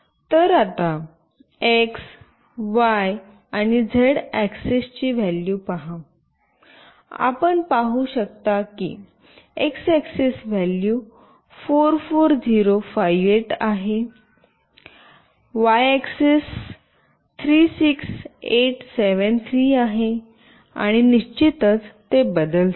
तर आता X Y आणि झेड ऍक्सेसची व्हॅल्यू पहा आपण पाहू शकता की एक्स ऍक्सेस व्हॅल्यू 44058 आहे वाय ऍक्सेस 36873 आहे आणि निश्चितच ते बदलते